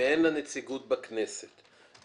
שאין לה נציגות בכנסת,